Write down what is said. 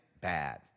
bad